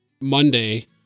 Monday